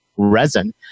resin